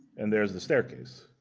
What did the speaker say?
and there's the staircase,